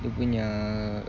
dia punya